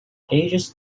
ages